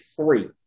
three